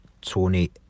Tony